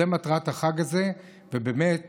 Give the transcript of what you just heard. זו מטרת החג הזה, ובאמת